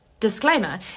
Disclaimer